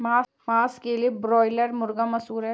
मांस के लिए ब्रायलर मुर्गा मशहूर है